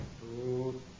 Two